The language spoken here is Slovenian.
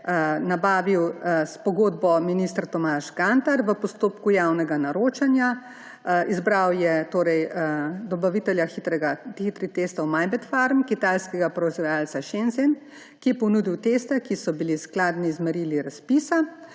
nabavil s pogodbo minister Tomaž Gantar v postopku javnega naročanja − izbral je dobavitelja hitrih testov kitajske proizvajalca Majbert Pharm Shenzhen, ki je ponudil teste, ki so bili skladni z merili razpisa,